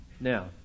Now